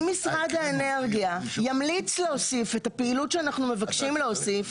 אם משרד האנרגיה ימליץ להוסיף את הפעילות שאנחנו מבקשים להוסיף,